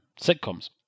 sitcoms